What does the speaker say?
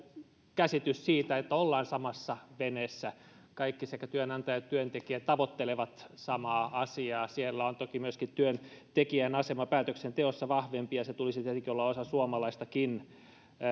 käsitys siitä että ollaan samassa veneessä kaikki että sekä työnantajat että työntekijät tavoittelevat samaa asiaa siellä on toki myöskin työntekijän asema päätöksenteossa vahvempi ja se tulisi tietenkin olla osa suomalaistakin